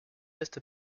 est